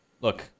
look